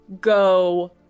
go